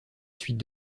suite